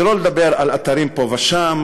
שלא לדבר על אתרים פה ושם.